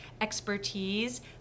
expertise